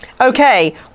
okay